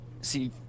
see